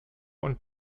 und